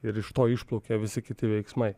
ir iš to išplaukė visi kiti veiksmai